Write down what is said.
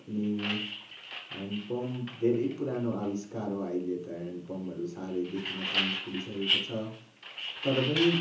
अनि hand pump धेरै पुरानो आविष्कार हो अहिले त ह्यान्ड पम्पहरू साह्रै देखिन पनि छोडिसकेको छ तर पनि